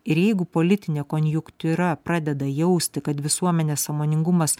ir jeigu politinė konjunktyra pradeda jausti kad visuomenės sąmoningumas